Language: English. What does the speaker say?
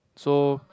so